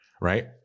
right